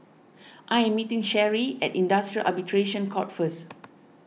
I am meeting Cherry at Industrial Arbitration Court first